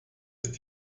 ist